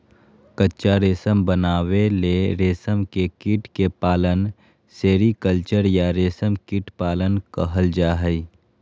कच्चा रेशम बनावे ले रेशम के कीट के पालन सेरीकल्चर या रेशम कीट पालन कहल जा हई